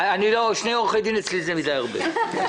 שני עורכי דין אצלי זה הרבה מדי...